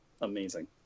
amazing